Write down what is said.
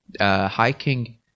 Hiking